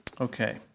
Okay